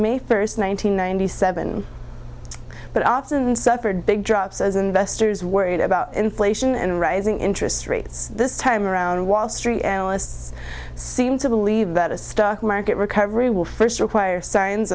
may first one thousand nine hundred seven but often suffered big drops as investors worried about inflation and rising interest rates this time around wall street analysts seem to believe that a stock market recovery will first require signs